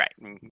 right